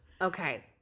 Okay